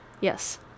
Yes